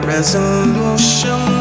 Resolution